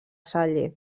salle